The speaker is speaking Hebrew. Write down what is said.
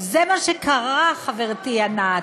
זה מה שקרה, חברתי ענת.